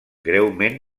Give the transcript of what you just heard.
greument